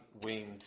winged